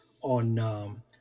on